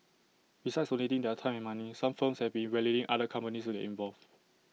besides donating their time and money some firms have been rallying other companies to get involved